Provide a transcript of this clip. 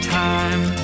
time